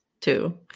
two